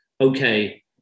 Okay